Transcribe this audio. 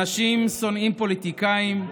אנשים שונאים פוליטיקאים,